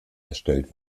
erstellt